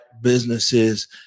businesses